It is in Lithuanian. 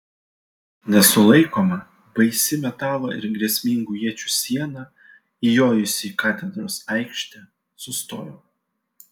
nesulaikoma baisi metalo ir grėsmingų iečių siena įjojusi į katedros aikštę sustojo